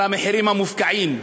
על המחירים המופקעים,